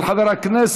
והיא של חבר הכנסת